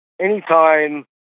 anytime